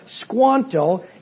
Squanto